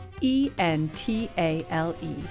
E-N-T-A-L-E